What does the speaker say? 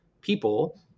people